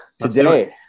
today